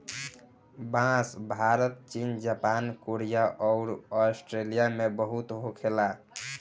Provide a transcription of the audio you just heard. बांस भारत चीन Japan Korea अउर आस्ट्रेलिया में बहुते होखे ला